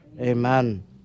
amen